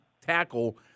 tackle